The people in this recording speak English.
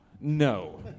No